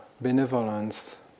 benevolence